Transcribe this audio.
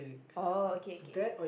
oh okay okay